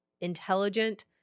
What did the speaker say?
intelligent